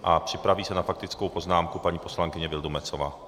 A připraví se na faktickou poznámku paní poslankyně Vildumetzová.